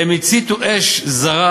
הם הציתו אש זרה